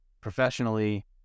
professionally